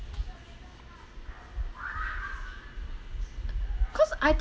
cause I think